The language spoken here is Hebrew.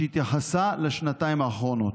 שהתייחסה לשנתיים האחרונות.